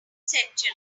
century